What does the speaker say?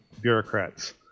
bureaucrats